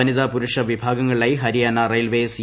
വനിത പുരുഷ വിഭാഗങ്ങളിലായി Haryana railway C